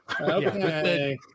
Okay